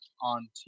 on